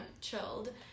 chilled